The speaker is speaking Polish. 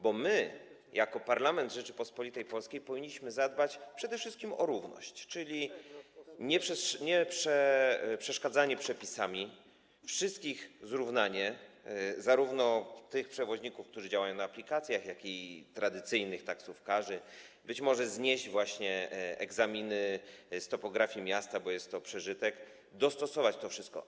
Bo my jako parlament Rzeczypospolitej Polskiej powinniśmy zadbać przede wszystkim o równość, czyli nieprzeszkadzanie przepisami, zrównanie wszystkich, zarówno tych przewoźników, którzy działają na aplikacjach, jak i tradycyjnych taksówkarzy, być może znieść właśnie egzaminy z topografii miasta, bo jest to przeżytek, dostosować to wszytko.